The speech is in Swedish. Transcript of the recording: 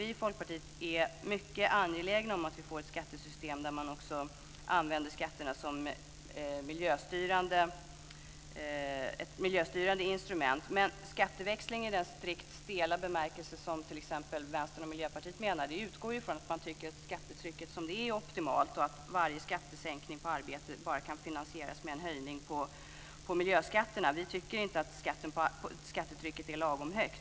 Vi i Folkpartiet är mycket angelägna om att få ett skattesystem där skatterna också används som ett miljöstyrande instrument, men en skatteväxling i den strikta och stela bemärkelse som t.ex. Vänstern och Miljöpartiet utgår från bygger på att man tycker att skattetrycket är optimalt som det är och att varje skattesänkning på arbete kan finansieras bara med en höjning av miljöskatterna. Vi tycker inte att skattetrycket är lagom högt.